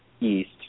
east